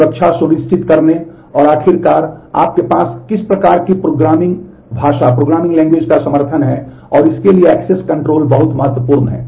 सुरक्षा सुनिश्चित करने और आखिरकार आपके पास किस प्रकार की प्रोग्रामिंग भाषा बहुत महत्वपूर्ण है